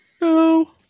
no